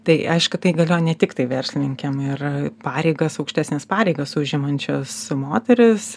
tai aišku tai galioja ne tiktai verslininkėm ir pareigas aukštesnes pareigas užimančios moterys